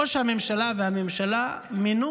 ראש הממשלה והממשלה מינו